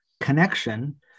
connection